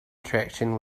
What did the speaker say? attraction